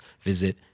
visit